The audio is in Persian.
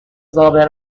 زابه